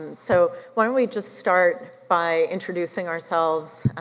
so why don't we just start by introducing ourselves,